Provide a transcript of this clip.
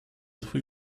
twój